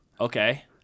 Okay